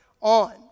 on